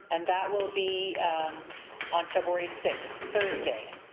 and that will be on february sixth, thursday.